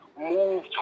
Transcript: move